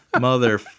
Mother